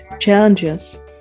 challenges